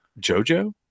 jojo